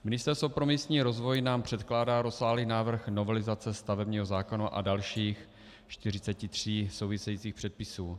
Ministerstvo pro místní rozvoj nám předkládá rozsáhlý návrh novelizace stavebního zákona a dalších 43 souvisejících předpisů.